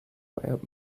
feiert